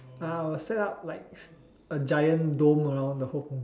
I will set up like a giant dome around the whole Punggol